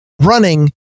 running